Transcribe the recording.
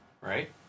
right